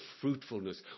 fruitfulness